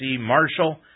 Marshall